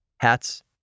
Hats